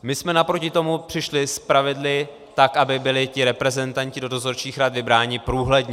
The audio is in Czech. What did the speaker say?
My jsme naproti tomu přišli s pravidly tak, aby byli ti reprezentanti do dozorčích rad vybráni průhledně.